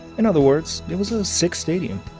in other words, it was a sick stadium.